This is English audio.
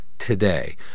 Today